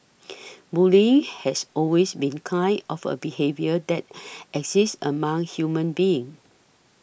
bullying has always been kind of a behaviour that exists among human beings